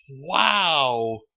Wow